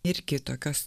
ir kitokios